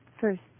First